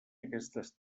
aquestes